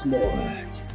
Lord